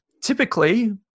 typically